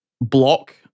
block